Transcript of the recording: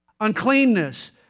Uncleanness